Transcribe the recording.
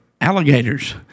alligators